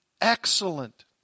excellent